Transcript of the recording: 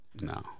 no